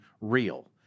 real